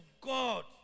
God